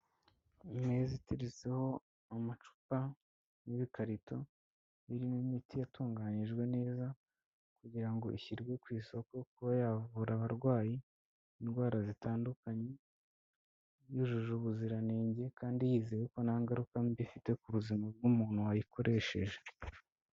Imeza iteretseho amacupa n'ibikarito birimo imiti yatunganyijwe neza kugira ngo ishyirwe ku isoko kuba yavura abarwayi indwara zitandukanye, yujuje ubuziranenge kandi yizeye ko nta ngaruka mbi ifite ku buzima bw'umuntu wayikoresheje.